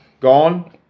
gone